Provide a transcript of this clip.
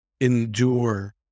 endure